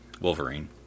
Wolverine